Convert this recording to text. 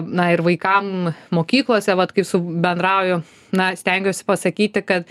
na ir vaikam mokyklose vat kai su bendrauju na stengiuosi pasakyti kad